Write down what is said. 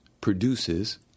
produces